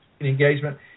engagement